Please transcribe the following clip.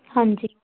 ਹਾਂਜੀ